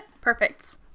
perfect